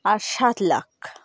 আর সাত লাখ